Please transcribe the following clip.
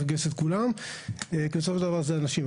לגייס את כולם כי בסופו של דבר זה אנשים.